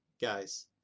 guys